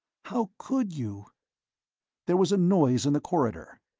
how could you there was a noise in the corridor.